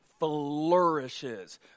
Flourishes